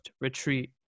retreat